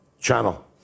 channel